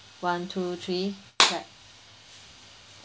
one two three clap